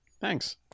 Thanks